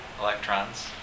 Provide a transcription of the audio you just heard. electrons